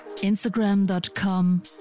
Instagram.com